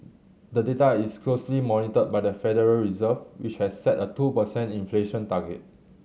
the data is closely monitored by the Federal Reserve which has set a two per cent inflation target